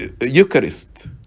eucharist